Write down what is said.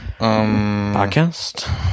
Podcast